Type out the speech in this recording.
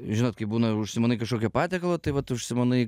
žinot kaip būna užsimanai kažkokio patiekalo tai vat užsimanai